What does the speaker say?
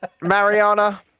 Mariana